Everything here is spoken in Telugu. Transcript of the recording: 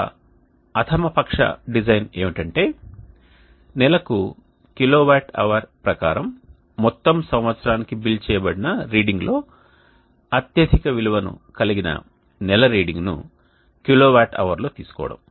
ఒక అధమ పక్ష డిజైన్ ఏమిటంటే నెలకు కిలోవాట్ అవర్ ప్రకారం మొత్తం సంవత్సరానికి బిల్ చేయబడిన రీడింగ్ లో అత్యధిక విలువను కలిగిన నెల రీడింగ్ ను కిలోవాట్ అవర్ లో తీసుకోవడం